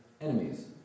enemies